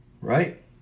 Right